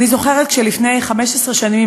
ואני זוכרת שכשלפני 15 שנים,